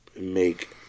make